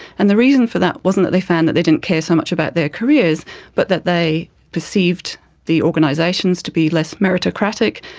and the reason for that wasn't that they found that they didn't care so much about their careers but that they perceived the organisations to be less meritocratic,